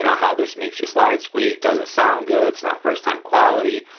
and how this makes your slide squeak, doesn't sound good, it's not first time quality.